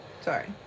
Sorry